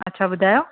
अच्छा ॿुधायो